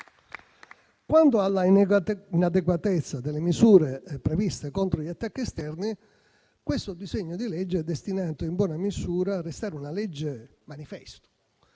Quanto alla inadeguatezza delle misure previste contro gli attacchi esterni, questo disegno di legge è destinato in buona misura a restare una legge manifesto,